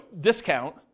discount